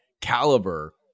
caliber